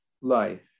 life